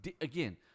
again